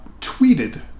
tweeted